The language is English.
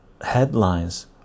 headlines